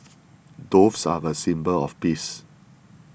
doves are a symbol of peace